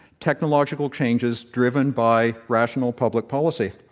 technological changes driven by rational public policy.